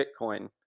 Bitcoin